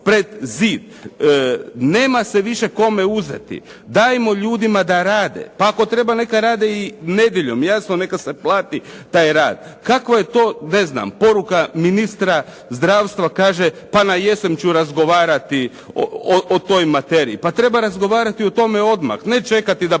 pred zid. Nema se više kome uzeti. Dajmo ljudima da rade, pa ako treba neka rade i nedjeljom, jasno neka se plati taj rad. Kakva je to poruka ministra zdravstva kaže pa na jesen ću razgovarati o toj materiji, pa treba razgovarati o tome odmah ne čekati da